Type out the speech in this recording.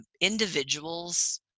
individuals